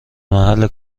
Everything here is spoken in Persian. محل